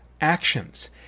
actions